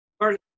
First